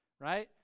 Right